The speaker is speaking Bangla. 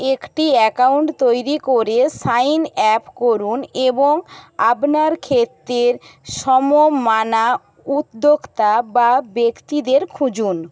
একটি অ্যাকাউন্ট তৈরি করে সাইন আপ করুন এবং আপনার ক্ষেত্রের সমমানা উদ্যোক্তা বা ব্যক্তিদের খুঁজুন